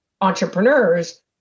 entrepreneurs